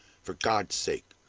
for god's sake,